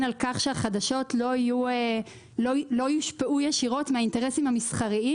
על כך שהחדשות לא יושפעו ישירות מהאינטרסים המסחריים